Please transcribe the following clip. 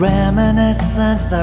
reminiscence